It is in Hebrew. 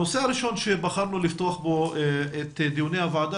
הנושא הראשון שבחרנו לפתוח בו את דיוני הוועדה